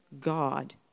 God